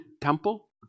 temple